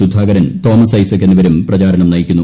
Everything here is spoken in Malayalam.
സുധാകരൻ തോമസ് ഐസക് എന്നിവരും പ്രചാരണം നയിക്കുന്നു